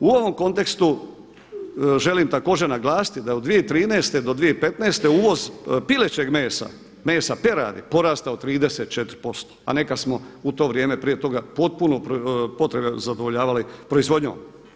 U ovom kontekstu želim također naglasiti da od 2013. do 2015. uvoz pilećeg mesa, mesa peradi porastao 34% a nekad smo u to vrijeme prije toga potpuno potrebe zadovoljavali proizvodnjom.